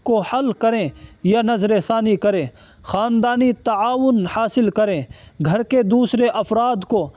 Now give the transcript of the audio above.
کو حل کریں یا نظرثانی کریں خاندانی تعاون حاصل کریں گھر کے دوسرے افراد کو